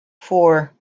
four